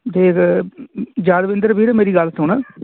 ਅਤੇ ਯਾਦਵਿੰਦਰ ਵੀਰ ਮੇਰੀ ਗੱਲ ਸੁਣ